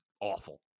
awful